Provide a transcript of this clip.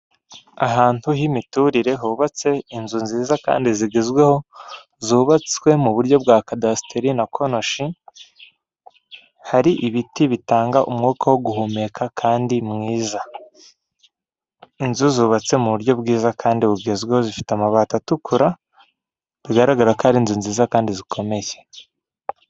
Ahantu h'imiturire hubatse inzu nziza kandi zigezweho, zubatswe mu buryo bwa kadasiteri na konoshi, hari ibiti bitanga umwuka wo guhumeka kandi mwiza. Inzu zubatse mu buryo bwiza kandi bugezweho zifite amabati atukura, bigaragara ko ari inzu nziza kandi zikomeye.